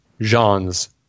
Jean's